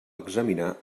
examinar